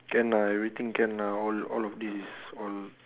can lah everything can lah all all of this is all